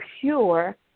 pure